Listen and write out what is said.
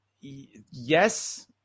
Yes